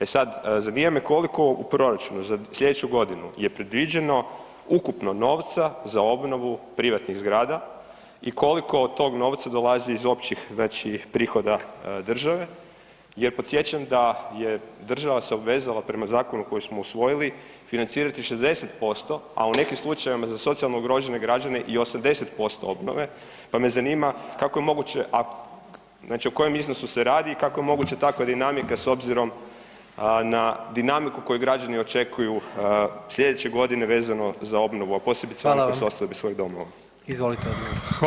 E sad, zanima me koliko u proračunu za sljedeću godinu je predviđeno ukupno novca za obnovu privatnih zgrada i koliko od tog novca dolazi iz općih prihoda države jer podsjećam da se država obvezala prema zakonu koji smo usvojili financirati 60%, a u nekim slučajevima za socijalno ugrožene građane i 80% obnove pa me zanima kako je moguće …/nerazumljivo/… znači o kojem iznosu se radi i kako je moguće takva dinamika s obzirom na dinamiku koju građani očekuju slijedeće godine vezano za obnovu [[Upadica: Hvala vam.]] a posebice oni koji su ostali bez svojih domova.